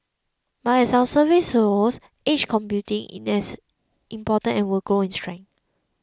but as our survey shows edge computing is as important and will grow in strength